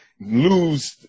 lose